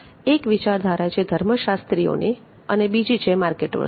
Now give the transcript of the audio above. એક વિચારધારા છે ધર્મશાસ્ત્રીઓની અને બીજી છે માર્કેટર્સની